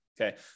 Okay